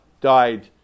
died